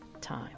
time